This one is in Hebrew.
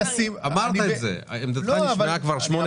אמרת את זה, עמדתך נשמעה כבר שמונה פעמים.